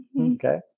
Okay